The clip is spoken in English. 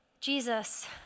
Jesus